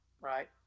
right